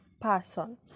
person